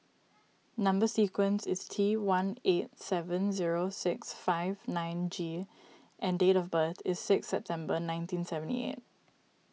Number Sequence is T one eight seven zero six five nine G and date of birth is six September nineteen seventy eight